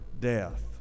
death